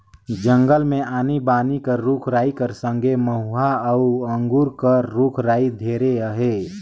जंगल मे आनी बानी कर रूख राई कर संघे मउहा अउ अंगुर कर रूख राई ढेरे अहे